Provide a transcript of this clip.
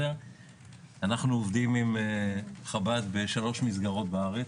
אנחנו עובדים עם חב"ד בשלוש מסגרות בארץ.